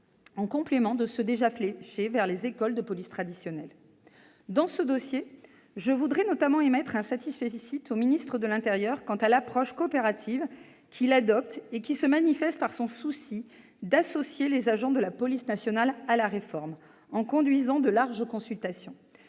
en complément de ceux qui sont déjà fléchés vers les écoles de police traditionnelles. Dans ce dossier, je voudrais d'ailleurs accorder un au ministre de l'intérieur pour l'approche coopérative qu'il adopte, et qui se manifeste par son souci d'associer les agents de la police nationale à la réforme, au travers de larges consultations.